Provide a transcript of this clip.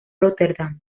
róterdam